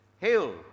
Hail